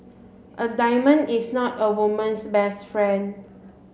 a diamond is not a woman's best friend